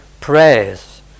prayers